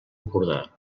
empordà